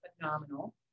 phenomenal